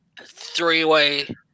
three-way